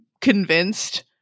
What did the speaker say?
convinced